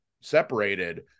separated